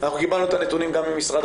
אנחנו קיבלנו את הנתונים גם ממשרד